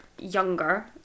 younger